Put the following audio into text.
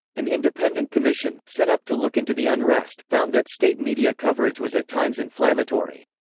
an independent commission, set up to look into the unrest, found that state media coverage was at times inflammatory.